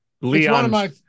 leon